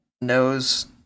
knows